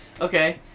Okay